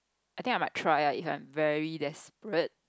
I think I might try lah if I'm very desperate